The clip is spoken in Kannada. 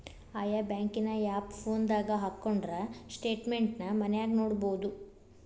ಆಯಾ ಬ್ಯಾಂಕಿನ್ ಆಪ್ ಫೋನದಾಗ ಹಕ್ಕೊಂಡ್ರ ಸ್ಟೆಟ್ಮೆನ್ಟ್ ನ ಮನ್ಯಾಗ ನೊಡ್ಬೊದು